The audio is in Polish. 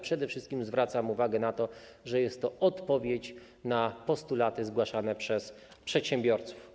Przede wszystkim zwracam jednak uwagę na to, że jest to odpowiedź na postulaty zgłaszane przez przedsiębiorców.